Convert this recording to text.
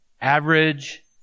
average